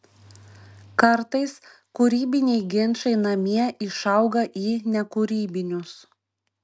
kartais kūrybiniai ginčai namie išauga į nekūrybinius